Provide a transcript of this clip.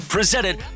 Presented